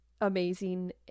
Amazing